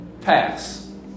pass